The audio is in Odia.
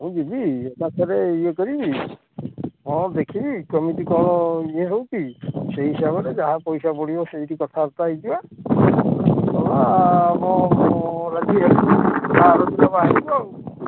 ମୁଁ ଯିବି ଏକାଥରେ ଇଏ କରିବି ହଁ ଦେଖିବି କେମିତି କ'ଣ ଇଏ ହେଉଛି ସେଇ ହିସାବରେ ଯାହା ପଇସା ପଡ଼ିବ ସେଇଠି କଥାବାର୍ତ୍ତା ହେଇଯିବା ସରିଲା ଆଉ କ'ଣ ମୁଁ ଲାଗି ହଁ ତୁମେ ଆଣିବ ଆଉ